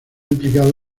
implicado